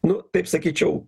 nu taip sakyčiau